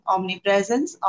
Omnipresence